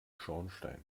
schornstein